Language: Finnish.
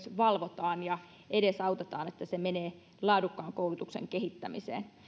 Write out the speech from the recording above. valvotaan ja edesautetaan että se menee laadukkaan koulutuksen kehittämiseen